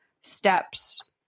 steps